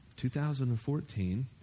2014